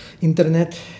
internet